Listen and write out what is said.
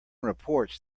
reports